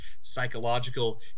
psychological